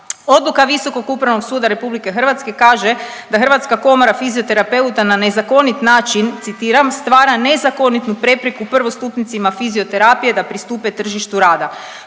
Odluka Visokog upravnog suda RH kaže da Hrvatska komora fizioterapeuta na nezakonit način, citiram „stvara nezakonitu prepreku prvostupnicima fizioterapije da pristupe tržištu rada.